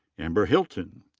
amber hilton.